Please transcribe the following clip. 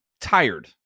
tired